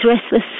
restless